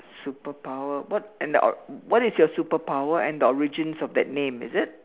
superpower what an what is your superpower and the origins of that name is it